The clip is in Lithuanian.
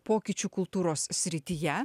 pokyčių kultūros srityje